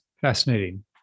Fascinating